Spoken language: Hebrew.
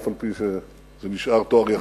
אף-על-פי שזה נשאר תואר יחסי,